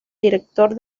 director